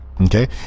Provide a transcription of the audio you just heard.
Okay